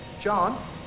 John